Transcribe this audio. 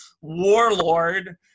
warlord